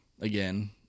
again